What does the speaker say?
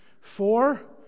Four